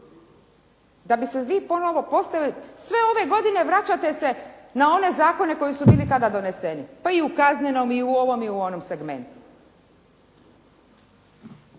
da bi se vi ponovo, sve ove godine vraćate se na one zakone koji su bili tada doneseni pa i u kaznenom, i u ovom i u onom segmentu.